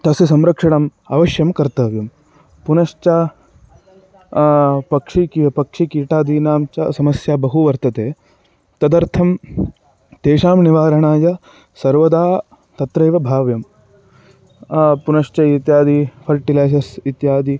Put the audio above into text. तस्य संरक्षणम् अवश्यं कर्तव्यं पुनश्चपक्षिकीटः पक्षिकीटादीनाञ्च समस्या बहु वर्तते तदर्थं तेषां निवारणाय सर्वदा तत्रैवभाव्यं पुनश्च इत्यादि फ़र्टिलैज़स् इत्यादि